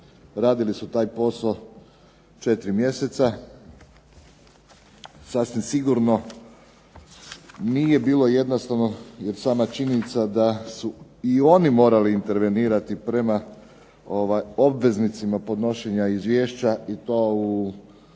Radili su taj posao 4 mjeseca. Sasvim sigurno nije bilo jednostavno, jer sama činjenica da su i oni morali intervenirati prema obveznicima podnošenja izvješća i to u